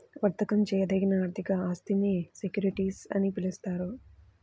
వర్తకం చేయదగిన ఆర్థిక ఆస్తినే సెక్యూరిటీస్ అని పిలుస్తారు